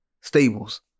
stables